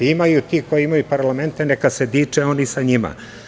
Imaju ti koji imaju parlamente, neka se diče oni sa njima.